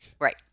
Right